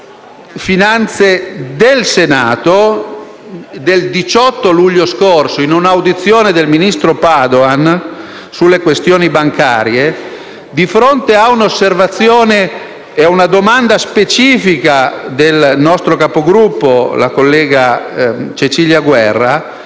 finanze del Senato del 18 luglio scorso in un'audizione del ministro Padoan sulle questioni bancarie, di fronte a un'osservazione e a una domanda specifica del nostro capogruppo Cecilia Guerra,